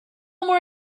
more